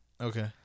Okay